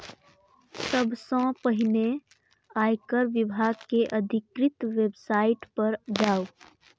सबसं पहिने आयकर विभाग के अधिकृत वेबसाइट पर जाउ